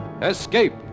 escape